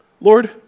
Lord